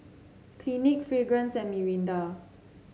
Clinique Fragrance and Mirinda